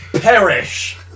perish